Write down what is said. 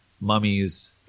mummies